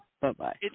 Bye-bye